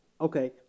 Okay